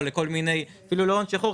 או אפילו לא הון שחור,